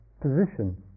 position